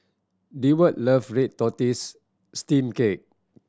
Deward love red tortoise steamed cake